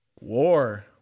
War